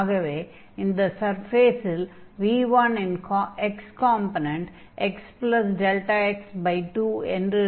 ஆகவே இந்த சர்ஃபேஸில் v1 ன் x காம்பொனென்ட் நிலையாக xδx2 என்று இருக்கும்